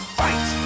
fight